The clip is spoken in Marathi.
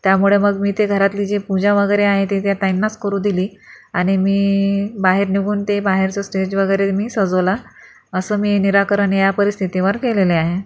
त्यामुळे मग मी घरातली जी पूजा वगैरे आहे ते त्यांनाच करू दिली आणि मी बाहेर निघून ते बाहेरचं स्टेज वगैरे मी सजवला असं मी निराकरण या परिस्थितीवर केलेले आहे